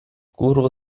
curvo